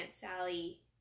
Sally